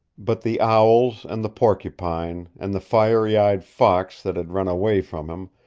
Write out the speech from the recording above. but the owls, and the porcupine, and the fiery-eyed fox that had run away from him,